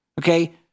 Okay